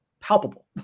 palpable